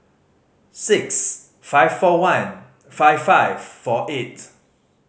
six five four one five five four eight